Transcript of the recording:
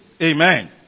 Amen